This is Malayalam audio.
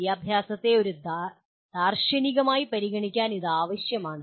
വിദ്യാഭ്യാസത്തെ ദാർശനികമായി പരിഗണിക്കാൻ ഇത് ആവശ്യമാണ്